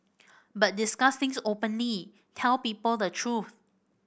but discuss things openly tell people the true